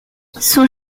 son